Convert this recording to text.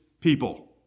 people